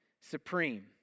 supreme